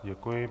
Děkuji.